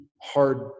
hard